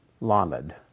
Lamed